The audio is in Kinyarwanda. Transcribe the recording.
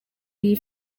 iyi